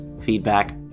feedback